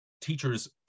Teachers